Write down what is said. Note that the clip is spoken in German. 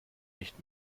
nicht